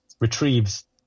retrieves